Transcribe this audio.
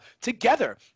together